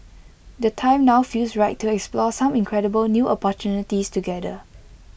the time now feels right to explore some incredible new opportunities together